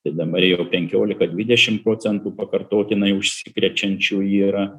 tai dabar jau penkiolika dvidešim procentų pakartotinai užsikrečiančių yra